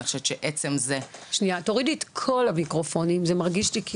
עצם זה של לשבת פה בוועדה